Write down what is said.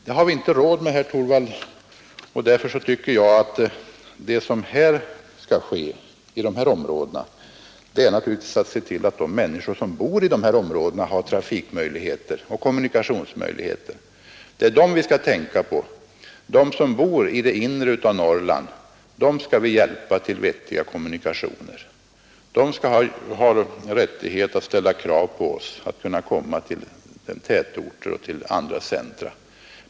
Det har vi inte råd med, herr Torwald, och därför tycker jag att det som här skall göras i dessa områden är att de människor som bor där får kommunikationsmöjligheter. Det är dem vi skall tänka på. De som bor i det inre av Norrland skall vi hjälpa till vettiga kommunikationer. De har rätt att ställa krav på oss att de skall kunna komma till tätorter och andra centra.